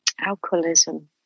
alcoholism